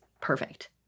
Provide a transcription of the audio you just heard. perfect